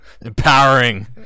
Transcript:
Empowering